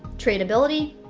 tradeability,